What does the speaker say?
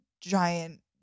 giant